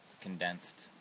condensed